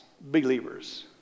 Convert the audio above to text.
believers